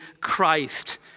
Christ